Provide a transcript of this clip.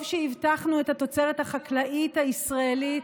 טוב שהבטחנו את התוצרת החקלאית הישראלית,